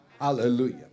hallelujah